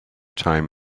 time